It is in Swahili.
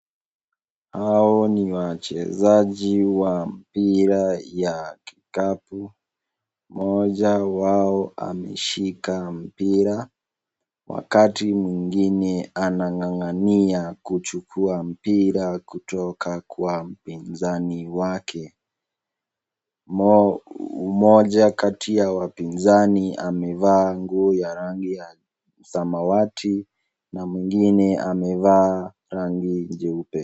Hao ni wachezaji wa mpira ya kikapu, mmoja wao ameshika mpira, wakati mwengine anang'ang'ania kuchukua mpira kutoka Kwa mpinzani wake, mmoja kati ya wapinzani amevaa nguo ya rangi ya samawati na mwengine amevaa rangi jeupe.